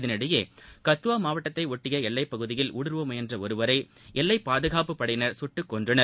இதனிடையே கத்துவா மாவட்டத்தை ஒட்டிய எல்லைப் பகுதியில் ஊடுருவ முயன்ற ஒருவரை எல்லைப் பாதுகாப்புப் படையினர் சுட்டுக்கொன்றனர்